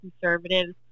conservatives